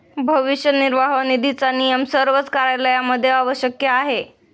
भविष्य निर्वाह निधीचा नियम सर्वच कार्यालयांमध्ये आवश्यक आहे